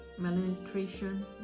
Malnutrition